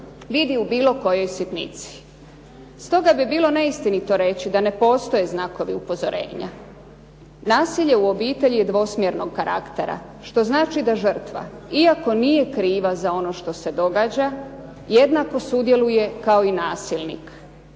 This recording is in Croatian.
vidi u bilo kojoj sitnici. Stoga bi bilo neistinito reći da ne postoje znakovi upozorenja. Nasilje u obitelji je dvosmjernog karaktera, što znači da žrtva iako nije kriva za ono što se događa, jednako sudjeluje kao i nasilnik.